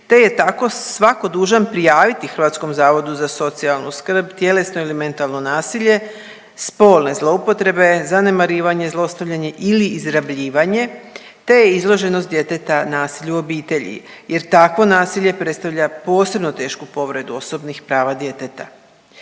te je tako svatko dužan prijaviti Hrvatskom zavodu za socijalnu skrb tjelesno ili mentalno nasilje, spolne zloupotrebe, zanemarivanje i zlostavljanje ili izrabljivanje te izloženost djeteta nasilju u obitelji jer takvo nasilje predstavlja posebno tešku povredu osobnih prava djeteta.